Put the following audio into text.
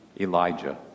Elijah